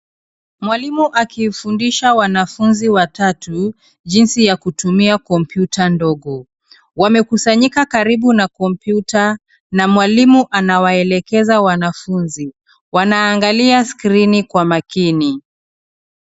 Mwalimu akiwafundisha wanafunzi watatu jinsi ya kutumia kompyuta ndogo. Wamekusanyika karibu na kompyuta na mwalimu anawaelekeza wanafunzi. Wanaangalia skrini kwa makini.